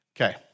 Okay